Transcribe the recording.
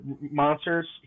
monsters